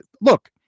look